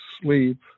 sleep